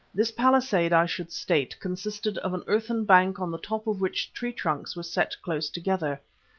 this palisade, i should state, consisted of an earthen bank on the top of which tree trunks were set close together.